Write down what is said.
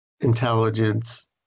intelligence